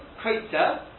crater